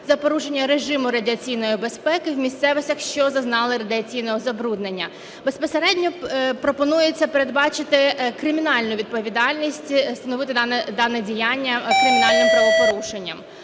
за порушення режиму радіаційної безпеки в місцевостях, що зазнали радіаційного забруднення. Безпосередньо пропонується передбачити кримінальну відповідальність і встановити дане діяння кримінальним правопорушенням.